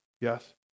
yes